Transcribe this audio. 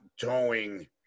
towing